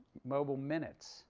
mobile minutes